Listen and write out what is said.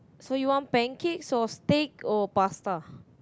so you want pancakes or steak or pasta